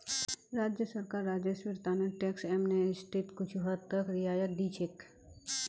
राज्य सरकार राजस्वेर त न टैक्स एमनेस्टीत कुछू हद तक रियायत दी छेक